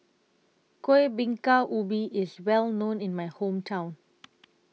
Kueh Bingka Ubi IS Well known in My Hometown